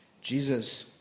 Jesus